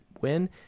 win